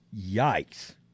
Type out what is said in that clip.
Yikes